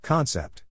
Concept